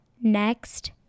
Next